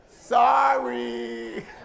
Sorry